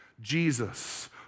Jesus